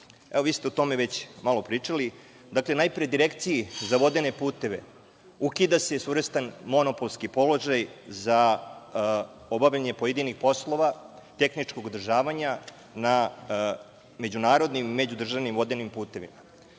Evo, vi ste o tome već malo pričali, dakle najpre Direkciji za vodene puteve, ukida se svojevrstan monopolski položaj za obavljanje pojedinih poslova, tehničkog održavanja na međunarodnim i međudržavnim vodenim putevima. Dakle,